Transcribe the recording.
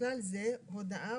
ובכלל זה הודעה,